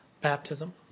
baptism